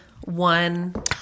one